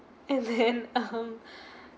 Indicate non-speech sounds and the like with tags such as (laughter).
and then (laughs) um (breath)